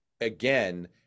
Again